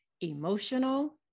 emotional